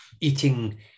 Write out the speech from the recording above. eating